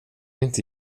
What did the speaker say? inte